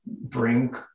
bring